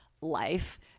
life